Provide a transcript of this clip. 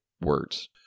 words